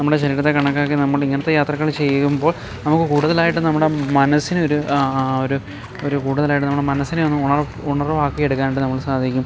നമ്മുടെ ശരീരത്തെ കണക്കാക്കി നമ്മൾ ഇങ്ങനത്തെ യാത്രകൾ ചെയ്യുമ്പോൾ നമുക്ക് കൂടുതലായിട്ടും നമ്മുടെ മനസ്സിനൊരു ഒരു ഒരു കൂടുതലായിട്ടും നമ്മുടെ മനസ്സിനെ ഒന്ന് ഉണർവാക്കിയെടുക്കാനായിട്ട് നമുക്ക് സാധിക്കും